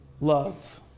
love